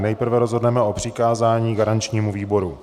Nejprve rozhodneme o přikázání garančnímu výboru.